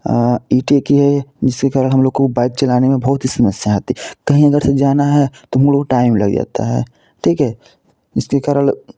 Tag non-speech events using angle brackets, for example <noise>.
इटें की हैं जिसके कारण हम लोगों को बाइक चलाने में बहुत ही समस्या आती कहीं अगर से जाना है तो <unintelligible> टाइम लग जाता है ठीक है जिसके कारण